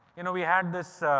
you know, we had this.